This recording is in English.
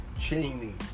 Cheney